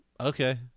Okay